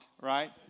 right